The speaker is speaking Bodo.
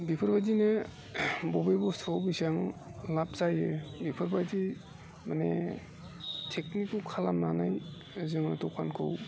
बेफोरबायदिनो बबे बुस्थुआव बेसां लाब जायो बेफोरबायदि माने टेकनिकखौ खालामनानै जोङो दखानखौ